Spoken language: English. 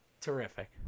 Terrific